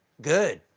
good.